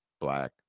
black